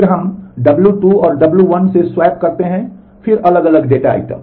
फिर हम w 2 को w 1 से स्वैप करते हैं फिर अलग अलग डेटा आइटम